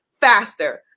faster